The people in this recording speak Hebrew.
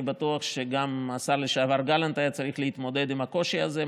אני בטוח שגם השר לשעבר גלנט היה צריך להתמודד עם הקושי הזה,